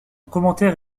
commentaire